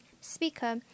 speaker